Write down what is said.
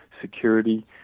security